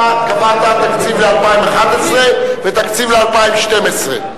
אתה קבעת תקציב ל-2011 ותקציב ל-2012.